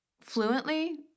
fluently